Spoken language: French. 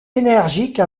énergique